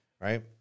Right